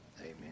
Amen